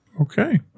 Okay